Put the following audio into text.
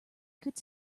could